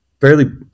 fairly